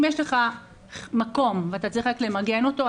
אם יש לך מקום ואתה צריך רק למגן אותו,